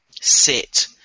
Sit